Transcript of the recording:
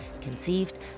conceived